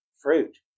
fruit